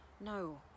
No